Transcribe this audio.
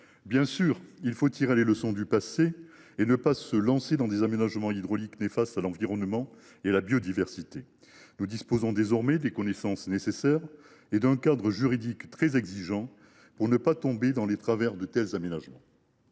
Bien entendu, il faut tirer les leçons du passé et ne pas se lancer dans des aménagements hydrauliques néfastes à l’environnement et à la biodiversité. Nous disposons désormais des connaissances nécessaires et d’un cadre juridique très exigeant pour ne pas tomber dans les travers de tels aménagements.